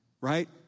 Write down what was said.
right